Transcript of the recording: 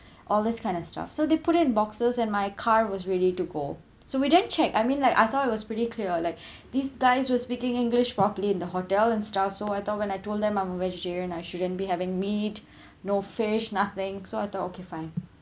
all this kind of stuff so they put in boxes and my car was ready to go so we didn't check I mean like I thought it was pretty clear like these guys were speaking english properly in the hotel and stuff so I thought when I told them I'm a vegetarian I shouldn't be having meat no fish nothing so I thought okay fine